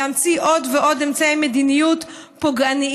להמציא עוד ועוד אמצעי מדיניות פוגעניים,